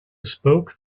spoke